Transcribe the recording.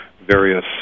various